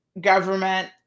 government